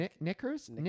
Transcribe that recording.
knickers